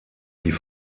die